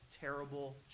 terrible